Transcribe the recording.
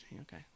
okay